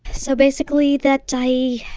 so basically that i,